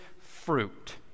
fruit